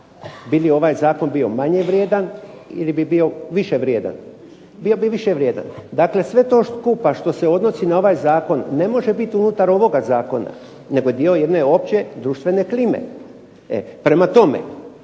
bi li ovaj zakon bio manje vrijedan ili bi bio više vrijedan. Bio bi više vrijedan. Dakle, sve to skupa što se odnosi na ovaj zakon ne može biti unutar ovoga zakona nego dio jedne opće društvene klime. Prema tome,